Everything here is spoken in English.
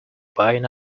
buying